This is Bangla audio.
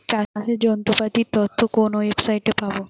চাষের যন্ত্রপাতির তথ্য কোন ওয়েবসাইট সাইটে পাব?